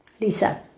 Lisa